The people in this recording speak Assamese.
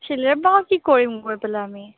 কি কৰিম গৈ পেলাই আমি